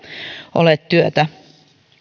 ole työtä